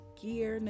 gear